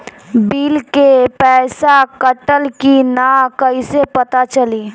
Bill के पइसा कटल कि न कइसे पता चलि?